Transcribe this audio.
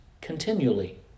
continually